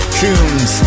tunes